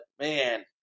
man